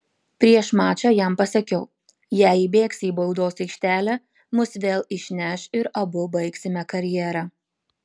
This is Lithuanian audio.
prieš mačą jam pasakiau jei įbėgsi į baudos aikštelę mus vėl išneš ir abu baigsime karjerą